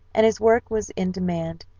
and his work was in demand,